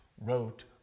wrote